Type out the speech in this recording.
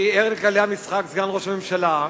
אני ער לכללי המשחק, סגן ראש הממשלה,